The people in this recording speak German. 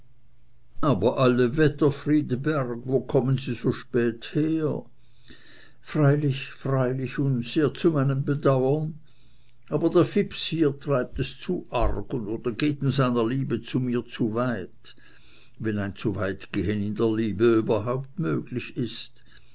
aber alle wetter friedeberg wo kommen sie so spät her freilich freilich und sehr zu meinem bedauern aber der fips hier treibt es zu arg oder geht in seiner liebe zu mir zu weit wenn ein zuweitgehen in der liebe überhaupt möglich ist